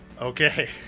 Okay